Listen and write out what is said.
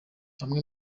bamwe